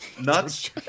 nuts